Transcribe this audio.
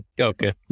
okay